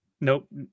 Nope